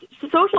social